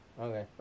Okay